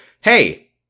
hey